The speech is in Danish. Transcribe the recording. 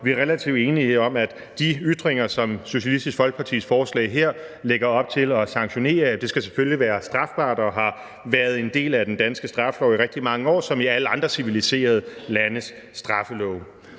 vi er relativt enige om, at de ytringer, som Socialistisk Folkepartis forslag her lægger op til at sanktionere, selvfølgelig skal være strafbare, og det har været en del af den danske straffelov i rigtig mange år som i alle andre civiliserede landes straffelove.